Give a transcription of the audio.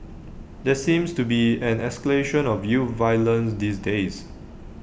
there seems to be an escalation of youth violence these days